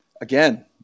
again